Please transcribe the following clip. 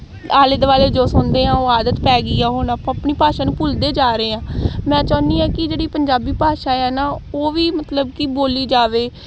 ਆਲੇ ਦੁਆਲੇ ਜੋ ਸੁਣਦੇ ਹਾਂ ਉਹ ਆਦਤ ਪੈ ਗਈ ਆ ਹੁਣ ਆਪਾਂ ਆਪਣੀ ਭਾਸ਼ਾ ਨੂੰ ਭੁੱਲਦੇ ਜਾ ਰਹੇ ਹਾਂ ਮੈਂ ਚਾਹੁੰਦੀ ਹਾਂ ਕਿ ਜਿਹੜੀ ਪੰਜਾਬੀ ਭਾਸ਼ਾ ਹੈ ਨਾ ਉਹ ਵੀ ਮਤਲਬ ਕਿ ਬੋਲੀ ਜਾਵੇ